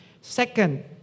Second